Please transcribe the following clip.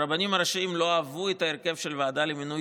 והרבנים הראשיים לא אהבו את ההרכב של הוועדה למינוי